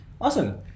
Awesome